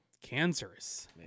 cancerous